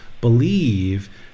believe